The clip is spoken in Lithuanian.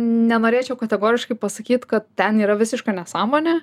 nenorėčiau kategoriškai pasakyt kad ten yra visiška nesąmonė